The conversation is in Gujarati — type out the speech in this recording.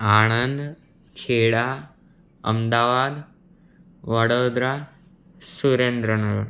આણંદ ખેડા અમદાવાદ વડોદરા સુરેન્દ્રનગર